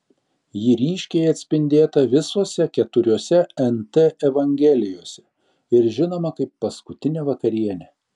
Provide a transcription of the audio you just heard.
ji ryškiai atspindėta visose keturiose nt evangelijose ir žinoma kaip paskutinė vakarienė